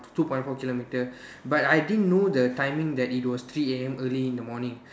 two point four kilometer but I didn't know the timing that it was three A_M early in the morning